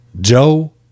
Joe